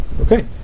Okay